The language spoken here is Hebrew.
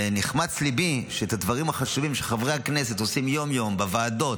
ונחמץ ליבי שהדברים החשובים שחברי הכנסת עושים יום-יום בוועדות,